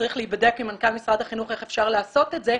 וצריך לבדוק עם מנכ"ל משרד החינוך איך אפשר לעשות את זה,